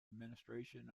administration